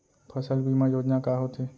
फसल बीमा योजना का होथे?